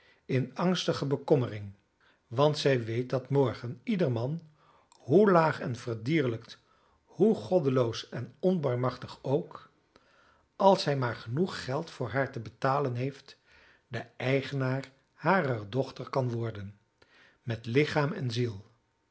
in angstige bekommering want zij weet dat morgen ieder man hoe laag en verdierlijkt hoe goddeloos en onbarmhartig ook als hij maar genoeg geld voor haar te betalen heeft de eigenaar harer dochter kan worden met lichaam en ziel